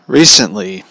recently